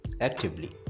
actively